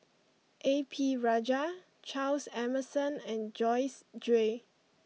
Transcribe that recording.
A P Rajah Charles Emmerson and Joyce Jue